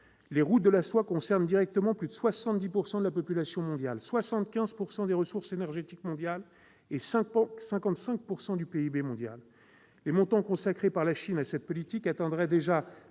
routes de la soie concernent directement plus de 70 % de la population, 75 % des ressources énergétiques et 55 % du PIB. Les montants consacrés par la Chine à cette politique atteindraient déjà